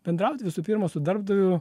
bendraut visų pirma su darbdaviu